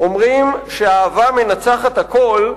"אומרים שהאהבה מנצחת הכול.